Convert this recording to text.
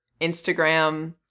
Instagram